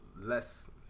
less